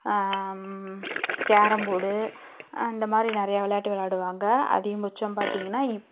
carrom போடு அந்த மாதிரி நிறைய விளையாட்டு விளாடுவாங்க அதிகபட்சம் பார்த்திங்கன்னா